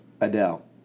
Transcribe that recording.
Adele